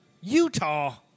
Utah